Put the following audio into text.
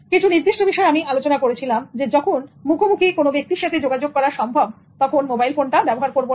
কিছু নির্দিষ্ট বিষয় আমি আলোচনা করেছিলাম যখন মুখোমুখি যোগাযোগ করা সম্ভব তখন মোবাইল ফোনটা ব্যবহার করব না